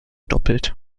doppelt